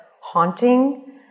haunting